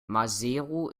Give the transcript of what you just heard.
maseru